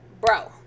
bro